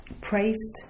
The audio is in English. praised